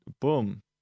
boom